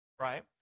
right